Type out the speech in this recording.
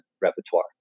repertoire